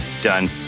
done